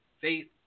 Faith